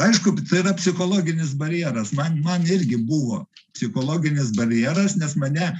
aišku tai yra psichologinis barjeras man man irgi buvo psichologinis barjeras nes mane